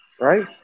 right